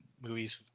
movies